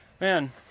Man